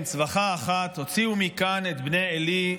"צווחה אחת: הוציאו מכאן בני עלי,